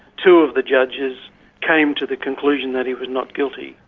two of the judges came to the conclusion that he was not guilty.